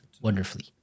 wonderfully